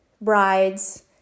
brides